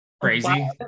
Crazy